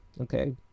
okay